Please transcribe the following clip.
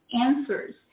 answers